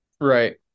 Right